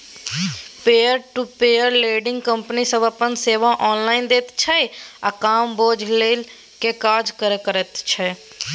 peer to peer lending company सब अपन सेवा ऑनलाइन दैत छै आ कम बोझ लेइ के काज करे करैत छै